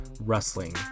wrestling